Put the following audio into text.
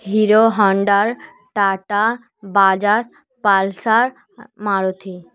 Hero Honda Tata Bajaj pulsar Maruti